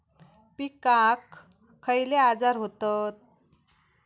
पिकांक खयले आजार व्हतत?